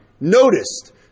noticed